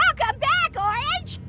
welcome back, orange!